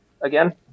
again